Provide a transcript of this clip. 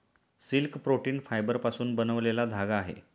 silk protein फायबरपासून बनलेला धागा आहे